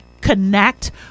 connect